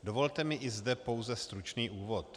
Dovolte mi i zde pouze stručný úvod.